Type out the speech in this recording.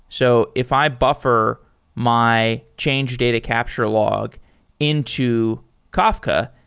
so if i buffer my change data capture log into kafka,